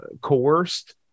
coerced